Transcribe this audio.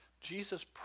Jesus